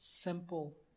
simple